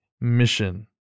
mission